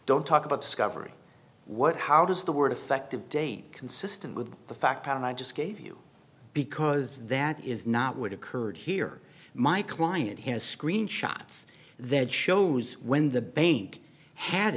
don't talk about discovery what how does the word effective date consistent with the fact pattern i just gave you because that is not what occurred here my client has screenshots that shows when the bank had